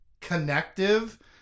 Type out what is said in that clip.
connective